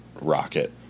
rocket